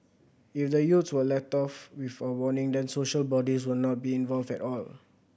if the youths were let off with a warning then social bodies would not be involved at all